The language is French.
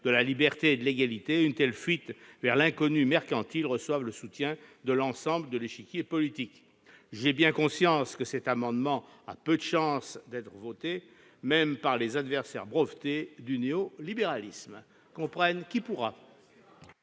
de la liberté et de l'égalité, une telle fuite vers l'inconnu mercantile reçoive le soutien de l'ensemble de l'échiquier politique ! J'ai bien conscience que cet amendement a peu de chance d'être voté, même par les adversaires brevetés du néolibéralisme- comprenne qui pourra !